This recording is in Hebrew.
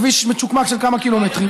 כביש מצ'וקמק של כמה קילומטרים.